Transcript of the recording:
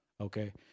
okay